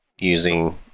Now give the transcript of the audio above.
using